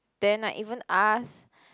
then I even asked